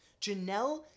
Janelle